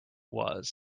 was